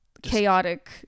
chaotic